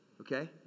Okay